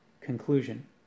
conclusion